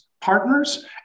partners